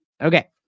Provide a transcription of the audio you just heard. okay